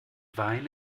wein